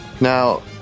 Now